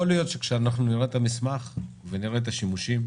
יכול להיות שכשאנחנו נראה את המסמך ונראה את השימושים,